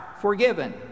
forgiven